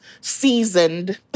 Seasoned